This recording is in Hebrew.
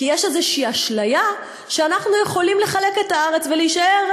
כי יש איזו אשליה שאנחנו יכולים לחלק את הארץ ולהישאר,